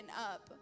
up